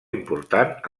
important